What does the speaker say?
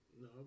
No